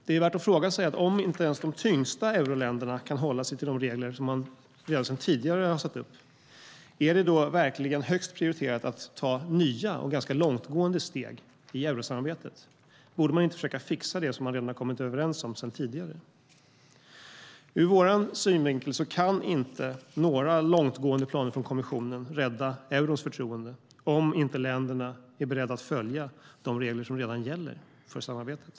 Det är värt att fråga sig: Om inte ens de tyngsta euroländerna kan hålla sig till de regler som man redan sedan tidigare har satt upp, är det då verkligen högst prioriterat att ta nya och ganska långtgående steg i eurosamarbetet? Borde man inte försöka fixa det som man redan har kommit överens om sedan tidigare? Ur vår synvinkel kan inte några långtgående planer från kommissionen rädda förtroendet för euron om inte länderna är beredda att följa de regler som redan gäller för samarbetet.